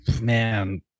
Man